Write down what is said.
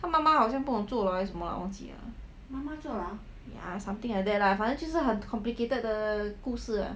他妈妈好像不懂坐牢还是什么 lah ya something like that lah 反正就是很 complicated 的故事